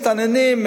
מסתננים,